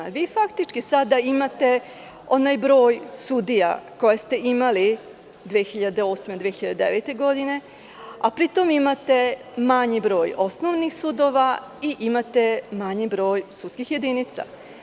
Vi faktički sada imate onaj broj sudija koje ste imali 2008, 2009. godine, a pri tom imate manji broj osnovnih sudova i imate manji broj sudskih jedinica.